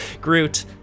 Groot